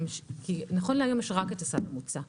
נכון להיום יש רק הסל המוצע.